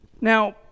Now